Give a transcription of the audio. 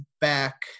back